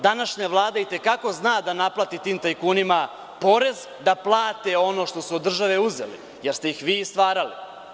Današnja Vlada i te kako zna da naplati tim tajkunima porez, da plate ono što su od države uzeli jer ste ih vi i stvarali.